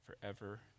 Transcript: forever